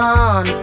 on